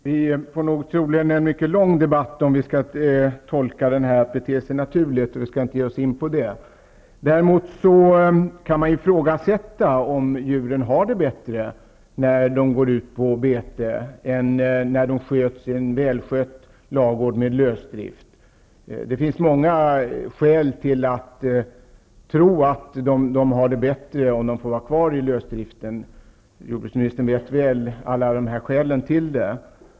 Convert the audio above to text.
Herr talman! Vi får troligen en lång debatt, om vi skall börja tolka uttrycket att bete sig naturligt. Vi skall inte ge oss in på det. Däremot går det att ifrågasätta om djuren har det bättre när de går på bete än när de sköts i en välskött ladugård med lösdrift. Det finns många skäl till att tro att korna har det bättre om de får vara kvar i lösdrift. Jordbruksministern vet alla skälen väl.